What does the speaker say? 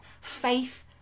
faith